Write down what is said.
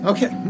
Okay